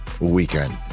weekend